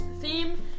theme